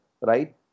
right